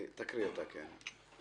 תקריא, כן.